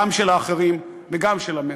גם של האחרים וגם של המיעוטים.